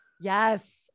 Yes